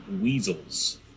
weasels